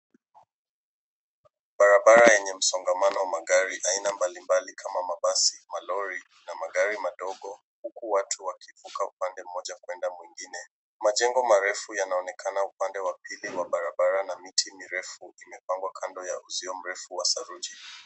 Barabara yenye msongamano wa magari aina mbalimbali kama mabasi, malori na magari madogo, huku watu wakivuka upande mmoja kuenda mwingine. Majengo marefu yanaonekana upande wa pili wa barabara na miti mirefu imepangwa kando ya uzio mrefu wa saruji.